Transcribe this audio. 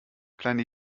kleine